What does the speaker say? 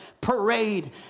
parade